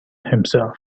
himself